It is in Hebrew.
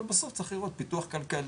אבל בסוף צריך לראות פיתוח כלכלי,